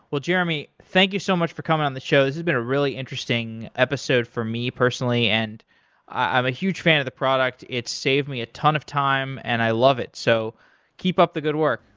jeremy, thank you so much for coming on the show. this has been a really interesting episode for me personally, and i'm a huge fan of the product. it saved me a ton of time and i love it. so keep up the good work.